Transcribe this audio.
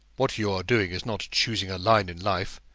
what you are doing is not choosing a line in life,